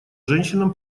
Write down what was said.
женщинам